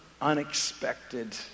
unexpected